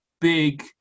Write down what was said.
big